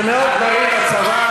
זה מאוד בריא לצוואר.